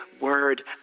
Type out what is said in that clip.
word